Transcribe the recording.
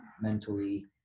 mentally